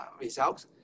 results